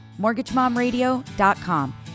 MortgageMomRadio.com